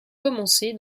commencé